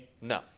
No